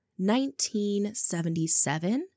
1977